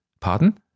Pardon